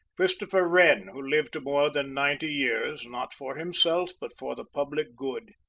christopher wren, who lived more than ninety years, not for himself, but for the public good.